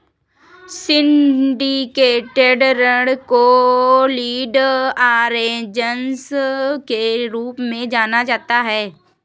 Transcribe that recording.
syndicated ऋण को lead arrangers के रूप में जाना जाता है